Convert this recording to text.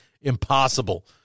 impossible